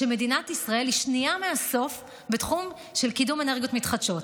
שמדינת ישראל היא שנייה מהסוף בתחום של קידום אנרגיות מתחדשות.